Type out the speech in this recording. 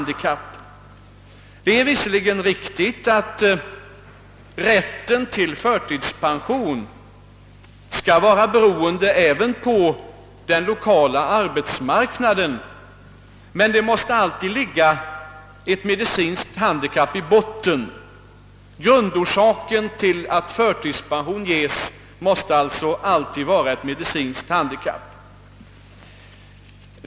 Det är visserligen riktigt att rätten till förtidspension är beroende även av den lokala arbetsmarknaden, men grundorsaken till att förtidspension ges måste alltid vara ett medicinskt handikapp.